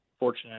fortunate